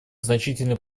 значительный